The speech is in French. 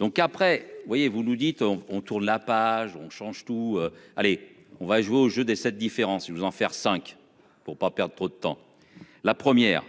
vous voyez vous nous dites on, on tourne la page, on change tout. Allez, on va jouer au jeu des 7 différences vous en faire cinq pour pas perdre trop de temps. La première,